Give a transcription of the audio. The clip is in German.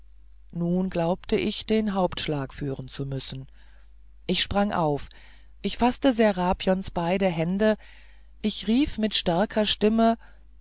nun glaubt ich den hauptschlag führen zu müssen ich sprang auf ich faßte serapions beide hände ich rief mit starker stimme